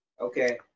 Okay